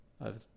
over